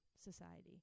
society